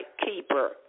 keeper